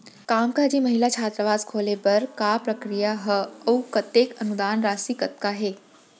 कामकाजी महिला छात्रावास खोले बर का प्रक्रिया ह अऊ कतेक अनुदान राशि कतका हे?